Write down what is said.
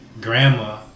grandma